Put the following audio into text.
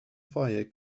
fire